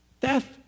death